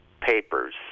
papers